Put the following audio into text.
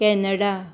Canada